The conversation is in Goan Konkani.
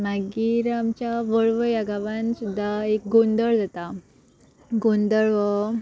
मागीर आमच्या वळवय ह्या गांवान सुद्दां एक गोंदळ जाता गोंदळ व्हो